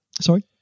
Sorry